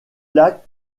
lacs